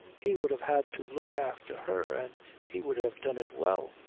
he would have had to look after her and he would have done it well.